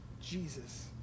Jesus